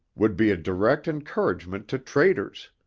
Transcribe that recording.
would be a direct encouragement to traitors.